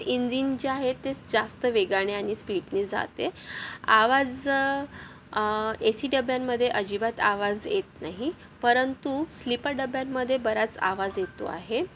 engine ज्या आहेत ते जास्त वेगाने आणि स्पीडने जाते आवाज ए सी डब्यांमध्ये अजिबात आवाज येत नाही परंतु स्लीपर डब्यांमध्ये बराच आवाज येतो आहे